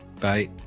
Bye